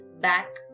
back